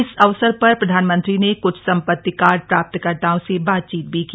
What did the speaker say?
इस अवसर पर प्रधानमंत्री ने कृछ सम्पत्ति कार्ड प्राप्तकर्ताओं से बातचीत भी की